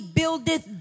buildeth